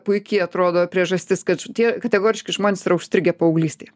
puikiai atrodo priežastis kad tie kategoriški žmonės yra užstrigę paauglystėje